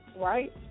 right